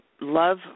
love